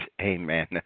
Amen